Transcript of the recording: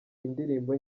indirimbo